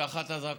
תחת אזעקות.